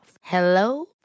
Hello